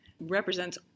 represents